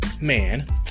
Man